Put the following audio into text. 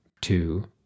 two